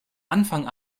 anfang